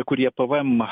kurie pvm